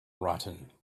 rotten